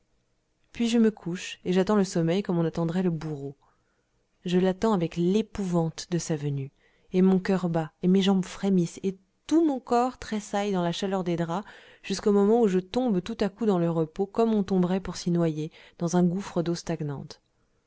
puis je me couche et j'attends le sommeil comme on attendrait le bourreau je l'attends avec l'épouvante de sa venue et mon coeur bat et mes jambes frémissent et tout mon corps tressaille dans la chaleur des draps jusqu'au moment où je tombe tout à coup dans le repos comme on tomberait pour s'y noyer dans un gouffre d'eau stagnante